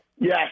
Yes